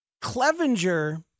Clevenger